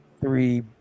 three